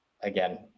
again